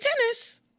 tennis